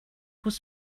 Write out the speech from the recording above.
was